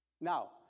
Now